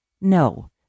No